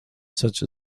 such